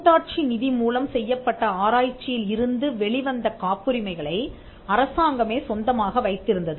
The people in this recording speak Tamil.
கூட்டாட்சி நிதி மூலம் செய்யப்பட்ட ஆராய்ச்சியில் இருந்து வெளிவந்த காப்புரிமைகளை அரசாங்கமே சொந்தமாக வைத்திருந்தது